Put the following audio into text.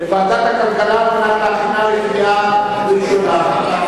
על מנת להכינה לקריאה ראשונה.